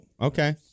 okay